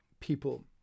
people